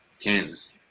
Kansas